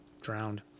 drowned